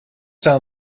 sound